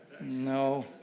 No